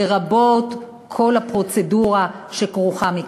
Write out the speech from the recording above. לרבות כל הפרוצדורה שכרוכה בכך.